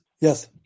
yes